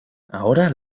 ahora